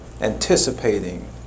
anticipating